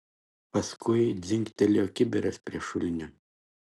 paskui dzingtelėjo kibiras prie šulinio